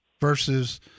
versus